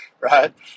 right